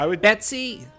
Betsy